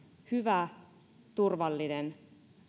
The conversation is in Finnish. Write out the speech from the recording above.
hyvän turvallisen